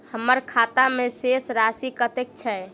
हम्मर खाता मे शेष राशि कतेक छैय?